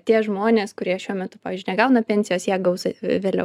tie žmonės kurie šiuo metu pavyzdžiui negauna pensijos ją gaus a vėliau